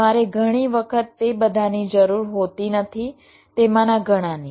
તમારે ઘણી વખત તે બધાની જરૂર હોતી નથી તેમાંના ઘણાની